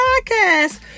Podcast